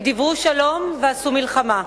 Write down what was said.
הם דיברו שלום ועשו מלחמה.